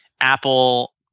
apple